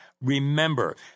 Remember